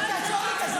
התחלת?